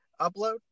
Upload